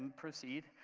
proceed,